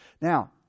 Now